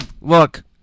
Look